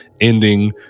ending